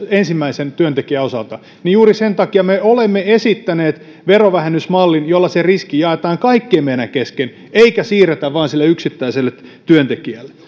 ensimmäisen työntekijän osalta niin juuri sen takia me olemme esittäneet verovähennysmallin jolla se riski jaetaan kaikkien meidän kesken eikä siirretä vain sille yksittäiselle työntekijälle